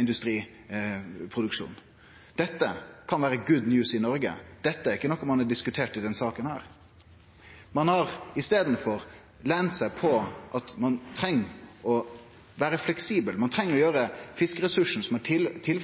industriproduksjon. Det kan vere «good news» i Noreg, men dette er ikkje noko ein har diskutert i denne saka. Ein har i staden lent seg på at ein treng å vere fleksibel når det gjeld fiskeressursane som har høyrt til